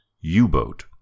U-Boat